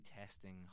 testing